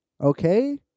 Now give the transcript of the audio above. Okay